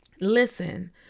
listen